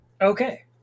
Okay